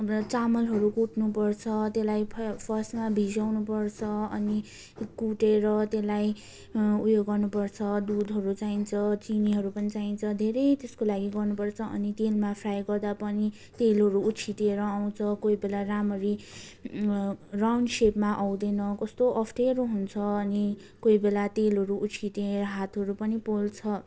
अब चामलहरू कुट्नुपर्छ त्यसलाई फर्स्टमा भिजाउनुपर्छ अनि कुटेर त्यसलाई उयो गर्नुपर्छ दुधहरू चाहिन्छ चिनीहरू पनि चाहिन्छ धेरै त्यसको लागि गर्नुपर्छ अनि तेलमा फ्राई गर्दा पनि तेलहरू उछिट्टिएर आउँछ कोही बेला राम्ररी राउन्ड सेपमा आउँदैन कस्तो अप्ठेरो हुन्छ अनि कोही बेला तेलहरू उछिट्टिएर हातहरू पनि पोल्छ